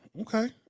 Okay